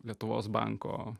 lietuvos banko